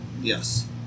Yes